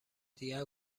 دیگر